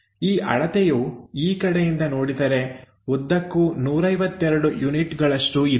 ಈ ಅಳತೆಯು ಈ ಕಡೆಯಿಂದ ನೋಡಿದರೆ ಉದ್ದಕ್ಕೂ 152 ಯೂನಿಟ್ ಗಳಷ್ಟು ಇದೆ